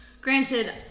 granted